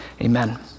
Amen